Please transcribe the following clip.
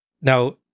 Now